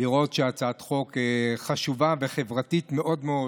לראות שהצעת חוק חשובה וחברתית מאוד מאוד,